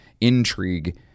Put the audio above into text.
intrigue